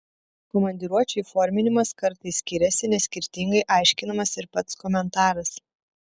komandiruočių įforminimas kartais skiriasi nes skirtingai aiškinamas ir pats komentaras